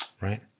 Right